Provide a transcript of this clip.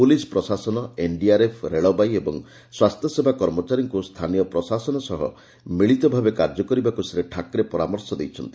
police ପ୍ରଶାସନଏନ୍ଡିଆର୍ଏଫ୍ ରେଳବାଇ ଏବଂ ସ୍ୱାସ୍ଥ୍ୟସେବା କର୍ମଚାରୀଙ୍କୁ ସ୍ଥାନୀୟ ପ୍ରଶାସନ ସହ ମିଳିତ ଭାବେ କାର୍ଯ୍ୟ କରିବାକୁ ଶ୍ରୀ ଠାକ୍ରେ ପରାମର୍ଶ ଦେଇଛନ୍ତି